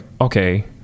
okay